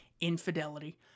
infidelity